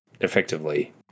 effectively